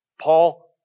Paul